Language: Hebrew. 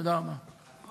תודה רבה.